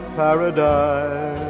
paradise